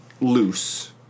loose